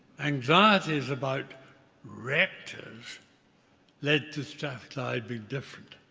anxieties about rectors led to strathclyde being different.